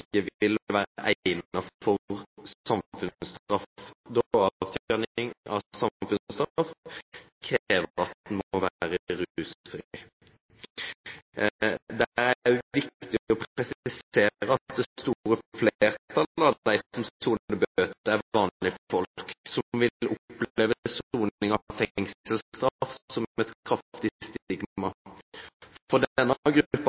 vil være egnet for samfunnsstraff, da avtjening av samfunnsstraff krever at man må være rusfri. Det er også viktig å presisere at det store flertallet av dem som soner bøter, er vanlige folk som vil oppleve soning av fengselsstraff som et kraftig stigma. For denne